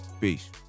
peace